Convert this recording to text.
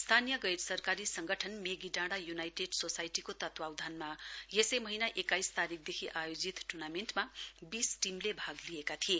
स्थानीय गैर सरकारी संगठन मेगीडाँडा य्नाइटेड सोसाइटीको तत्वावधानमा यसै महीना एक्काइस तारीकदेखि आयोजित टुर्नामेण्टमा बीस टीमले भाग लिएका थिए